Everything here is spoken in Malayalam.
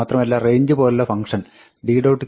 മാത്രമല്ല range പോലുള്ള ഫംങ്ക്ഷൻ d